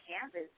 canvas